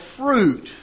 fruit